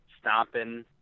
stomping